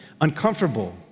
uncomfortable